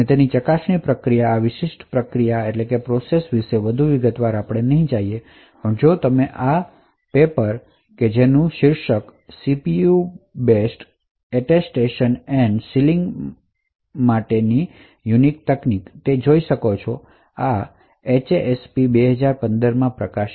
આપણે આ વિશિષ્ટ પ્રક્રિયા વિશે વધુ વિગતવાર નહીં જાય પરંતુ તમે આ પેપર શીર્ષક CPU based attestation and sealing માટેની નવીન તકનીકીઓ Innovative Technologies for CPU based Attestation